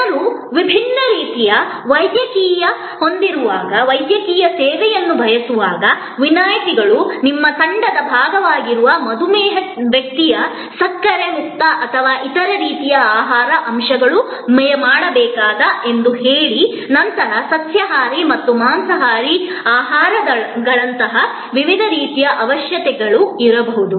ಜನರು ವಿಭಿನ್ನ ರೀತಿಯ ವೈದ್ಯಕೀಯವನ್ನು ಹೊಂದಿರುವಾಗ ವಿನಾಯಿತಿಗಳು ನಿಮ್ಮ ತಂಡದ ಭಾಗವಾಗಿರುವ ಮಧುಮೇಹ ವ್ಯಕ್ತಿಯು ಸಕ್ಕರೆ ಮುಕ್ತ ಅಥವಾ ಇತರ ರೀತಿಯ ಆಹಾರಗಳು ಅಂಶಗಳು ಬೇಕಾಗಬಹುದು ಎಂದು ಹೇಳಿ ನಂತರ ಸಸ್ಯಾಹಾರಿ ಮತ್ತು ಮಾಂಸಾಹಾರಿ ಆಹಾರದಂತಹ ವಿವಿಧ ರೀತಿಯ ಅವಶ್ಯಕತೆಗಳು ಇರಬಹುದು